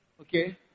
okay